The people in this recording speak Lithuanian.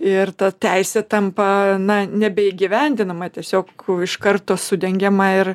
ir ta teisė tampa na nebeįgyvendinama tiesiog iš karto sudengiama ir